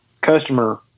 customer